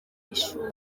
ishuri